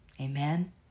Amen